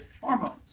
hormones